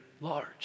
large